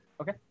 Okay